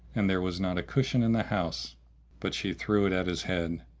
and there was not a cushion in the house but she threw it at his head,